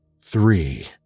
Three